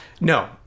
No